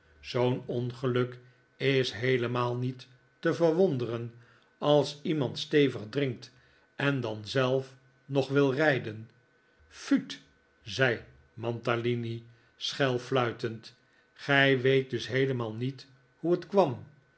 zoo'n ongeluk is heelemaal niet te verwonderen als iemand stevig drinkt en dan zelf nog wil rijden fuut zei mantalini schel fluitend gij weet dus heelemaal niet hoe het kwam